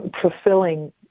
fulfilling